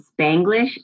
Spanglish